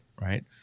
right